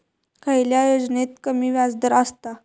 खयल्या योजनेत कमी व्याजदर असता?